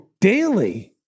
daily